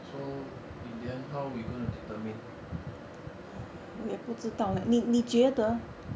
so in the end how are we going to determine